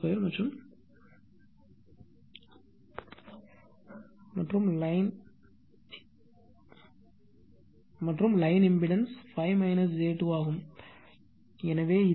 812 மற்றும் line impedance 5 j 2 ஆகும் எனவே இது 695